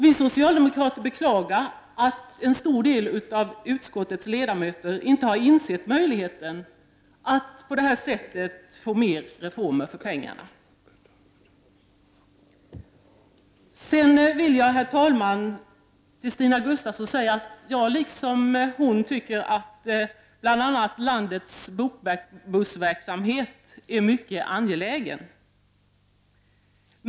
Vi socialdemokrater beklagar att en stor del av utskottets ledamöter inte har insett möjligheten att på detta sätt få mer reformer för pengarna. Sedan vill jag säga till Stina Gustavsson att jag liksom hon tycker att landets bokbussverksamhet är mycket angelägen.